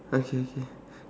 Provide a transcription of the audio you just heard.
okay okay